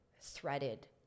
threaded